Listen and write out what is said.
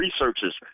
researchers